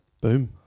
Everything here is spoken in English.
Boom